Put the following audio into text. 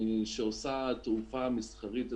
שעושה תעופה מסחרית אזרחית,